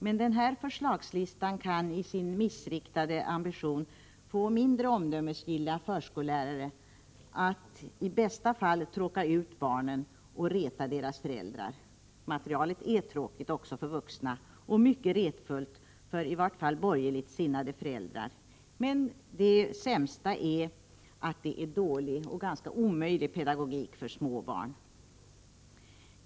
Men denna förslagslista kan i sin missriktade ambition få mindre omdömesgilla förskollärare att, i bästa fall, tråka ut barnen och reta deras föräldrar. Materialet är tråkigt, också för vuxna, och mycket retfullt för i vart fall borgerligt sinnade föräldrar. Men det sämsta är att det är dålig och ganska omöjlig pedagogik för småbarn.